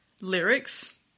lyrics